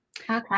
Okay